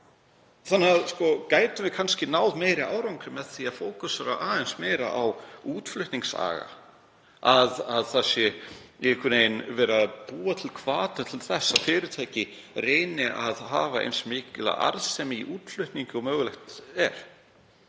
innan þess. Gætum við kannski náð meiri árangri með því að fókusera aðeins meira á útflutningssögu, að verið sé að búa til hvata til þess að fyrirtæki reyni að hafa eins mikla arðsemi í útflutningi og mögulegt er?